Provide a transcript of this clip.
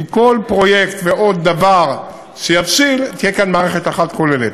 עם כל פרויקט ועוד דבר שיבשיל תהיה כאן מערכת אחת כוללת.